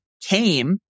came